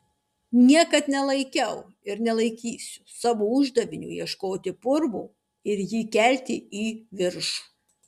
niekad nelaikiau ir nelaikysiu savo uždaviniu ieškoti purvo ir jį kelti į viršų